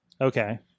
Okay